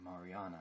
Mariana